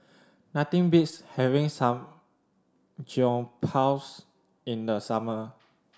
nothing beats having Samgyeopsal in the summer